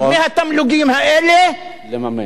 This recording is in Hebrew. מהתמלוגים האלה לממן.